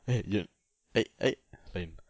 eh no eh eh lain